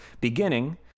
beginning